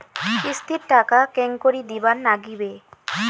কিস্তির টাকা কেঙ্গকরি দিবার নাগীবে?